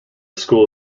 school